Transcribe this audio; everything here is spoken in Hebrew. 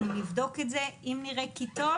נבדוק את זה, אם נראה כי טוב